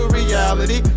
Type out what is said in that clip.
reality